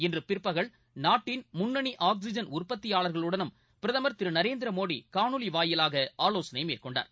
இன்று பிற்பகல் நாட்டின் முன்னணி ஆக்ஸிஜன் உற்பத்தியாளர்களுடனும் பிரதமர் திரு நரேந்திரமோடி காணொலி வாயிலாக ஆலோசனை மேற்கொண்டார்